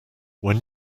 when